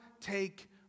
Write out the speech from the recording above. take